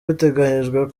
biteganyijwe